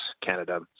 canada